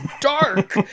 dark